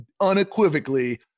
unequivocally